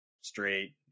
straight